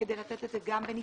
כדי לתת את זה גם בנפרד.